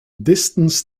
distance